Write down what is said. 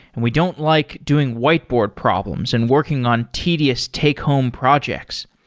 and we don't like doing whiteboard problems and working on tedious take home projects.